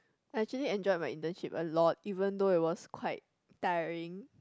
I actually enjoyed my internship a lot even though it was quite tiring